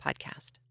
podcast